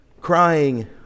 crying